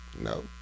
No